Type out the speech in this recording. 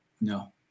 No